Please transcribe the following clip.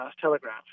Telegraph